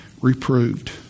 reproved